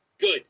Good